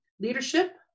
leadership